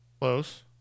Close